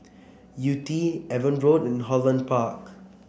Yew Tee Avon Road and Holland Park